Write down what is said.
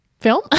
film